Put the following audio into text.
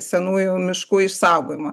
senųjų miškų išsaugojimo